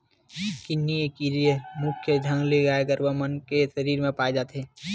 किन्नी ए कीरा मुख्य ढंग ले गाय गरुवा मन के सरीर म पाय जाथे